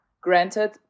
Granted